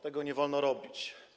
Tego nie wolno robić.